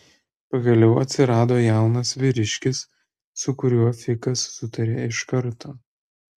pagaliau atsirado jaunas vyriškis su kuriuo fikas sutarė iš karto